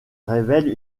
révèle